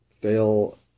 fail